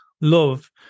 love